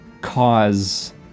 cause